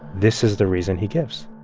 this is the reason he gives